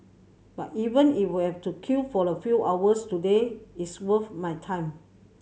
but even if we have to queue for a few hours today it's worth my time